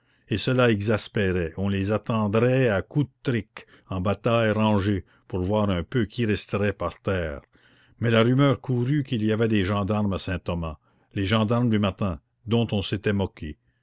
et cela exaspérait on les attendrait à coups de trique en bataille rangée pour voir un peu qui resterait par terre mais la rumeur courut qu'il y avait des gendarmes à saint-thomas les gendarmes du matin dont on s'était moqué